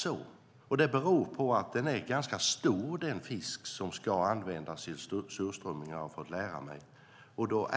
Jag har fått lära mig att det beror på att den fisk som ska användas till surströmming är ganska stor, och då